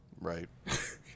Right